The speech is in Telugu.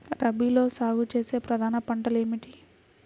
రబీలో సాగు చేసే ప్రధాన పంటలు ఏమిటి?